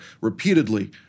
repeatedly